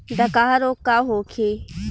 डकहा रोग का होखे?